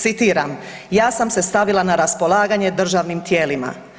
Citiram, ja sam se stavila na raspolaganje državnim tijelima.